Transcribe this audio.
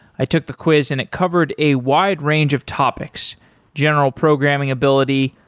i took the quiz and it covered a wide range of topics general programming ability,